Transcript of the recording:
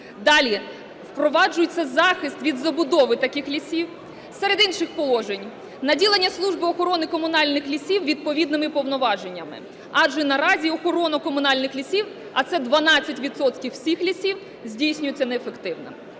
Далі, впроваджується захист від забудови таких лісів. Серед інших положень – наділення служби охорони комунальних лісів відповідними повноваженнями, адже наразі охорона комунальних лісів, а це 12 відсотків всіх лісів, здійснюється неефективно.